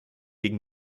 gegen